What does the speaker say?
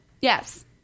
Yes